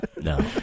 no